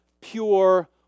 pure